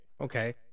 Okay